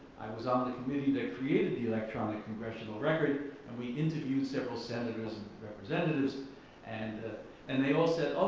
i was on the committee that created the electronic congressional record and we interviewed several senators and representatives and ah and they all said, oh